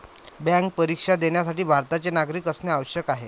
bank परीक्षा देण्यासाठी भारताचे नागरिक असणे आवश्यक आहे